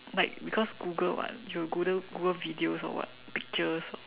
like because Google [what] you goo~ Google videos or what pictures or